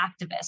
activists